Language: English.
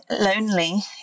lonely